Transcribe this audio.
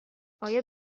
آیا